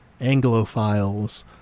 Anglophiles